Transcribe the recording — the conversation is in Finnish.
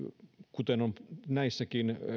kuten on näissäkin